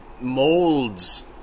molds